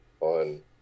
on